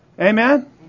Amen